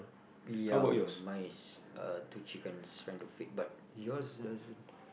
ya mine is uh two chickens trying to feed but your is